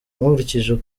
nkurikije